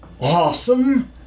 Awesome